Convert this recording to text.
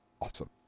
awesome